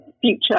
future